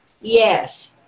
Yes